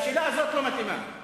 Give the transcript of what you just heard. השאלה הזאת לא מתאימה,